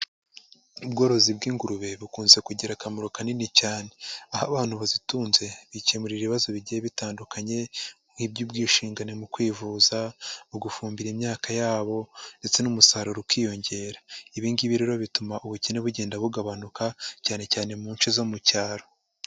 Ubworozi bw'ingurube bukunze kugira akamaro kanini cyane, aho abantu bazitunze bikemurira ibibazo bigiye bitandukanye nk'iby'ubwisungane mu kwivuza, mu gufumbira imyaka yabo ndetse n'umusaruro ukiyongera, ibi ngibi rero bituma ubukene bugenda bugabanuka cyane cyane mu nce zo mu cyaro.